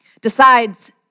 decides